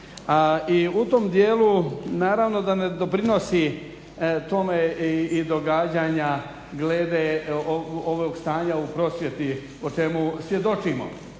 I u tom dijelu naravno da ne doprinosi tome i događanja glede ovog stanja u prosvjeti o čemu svjedočimo.